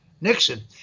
Nixon